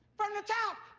from the top!